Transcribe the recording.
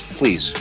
please